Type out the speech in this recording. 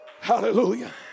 Hallelujah